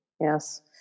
Yes